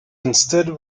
instead